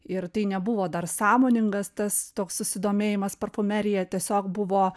ir tai nebuvo dar sąmoningas tas toks susidomėjimas parfumerija tiesiog buvo